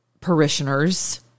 parishioners